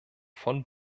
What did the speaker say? von